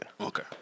Okay